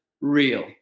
real